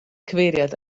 cyfeiriad